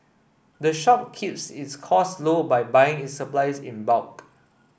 the shop keeps its costs low by buying its supplies in bulk